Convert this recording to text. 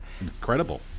Incredible